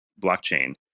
blockchain